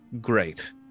great